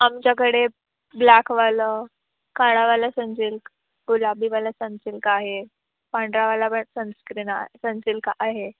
आमच्याकडे ब्लॅकवालं काळावाला सनसिल्क गुलाबीवाला सनसिल्क आहे पांढरावाला ब सनस्क्रीन आहे सनसिल्क आहे